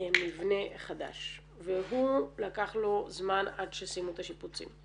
מבנה חדש ולקח זמן עד שסיימו את השיפוצים,